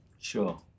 Sure